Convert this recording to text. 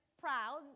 proud